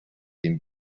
been